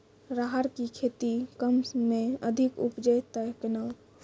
राहर की खेती कम समय मे अधिक उपजे तय केना?